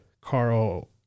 Carl